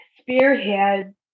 spearhead